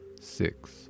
six